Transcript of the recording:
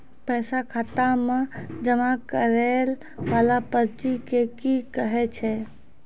पैसा खाता मे जमा करैय वाला पर्ची के की कहेय छै?